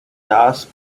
das